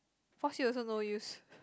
force you also no use